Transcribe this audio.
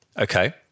Okay